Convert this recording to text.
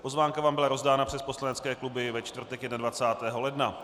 Pozvánka vám byla rozdána přes poslanecké kluby ve čtvrtek 21. ledna.